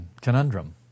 conundrum